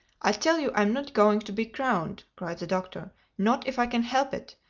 i tell you i'm not going to be crowned, cried the doctor not if i can help it.